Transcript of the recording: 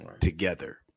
together